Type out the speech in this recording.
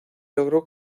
logró